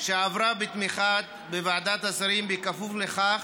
שעברה בתמיכה בוועדת השרים בכפוף לכך